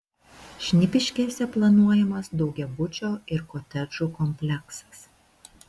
šnipiškėse planuojamas daugiabučio ir kotedžų kompleksas